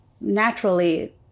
Naturally